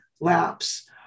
laps